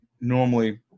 Normally